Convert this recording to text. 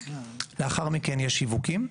לאחר מכן יש שיווקים,